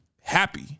happy